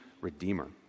redeemer